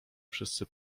wszyscy